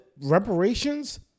Reparations